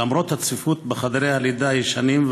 למרות הצפיפות בחדרי הלידה הישנים,